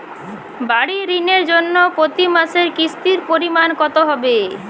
বাড়ীর ঋণের জন্য প্রতি মাসের কিস্তির পরিমাণ কত হবে?